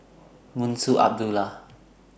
Munshi Abdullah